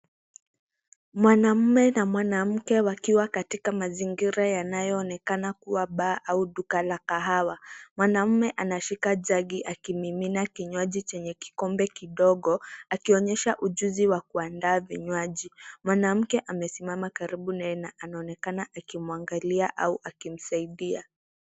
Mwanamume na mwanamke wakiwa katika mazingira yanayoonekana kama baa au duka la kahawia. Mwanaume ameshika jagi akimimina kinywani chenye kikombe kidogo akionyesha ujuzi wa kuandaa kinywani. Mwanamke amesimama karibu naye anaonekana akimwangalia au akimsaidia.